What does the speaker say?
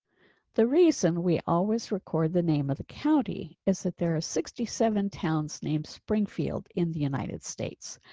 the reason we always record the name of the county is that there are sixty seven towns named springfield in the united states.